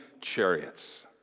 chariots